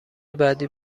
بعدی